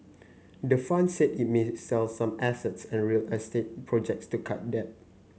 the fund said it may sell some assets and real estate projects to cut debt